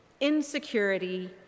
insecurity